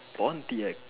Pom T X